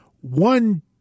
one